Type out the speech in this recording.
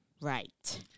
Right